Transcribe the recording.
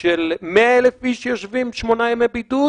100,000 איש שיושבים שמונה ימי בידוד